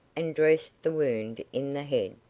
and dressed the wound in the head,